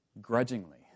grudgingly